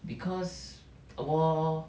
because 我